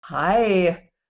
Hi